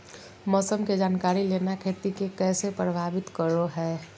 मौसम के जानकारी लेना खेती के कैसे प्रभावित करो है?